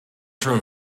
term